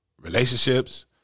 relationships